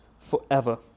forever